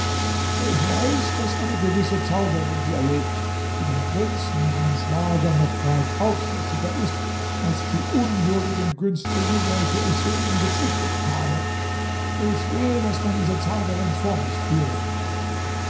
ich weiß daß eine gewisse zauberin hier lebt die dem prinzen meinem schwager noch weit aufsässiger ist als die unwürdigen günstlinge welche ich soeben gezüchtigt habe ich will daß man diese zauberin vor mich führe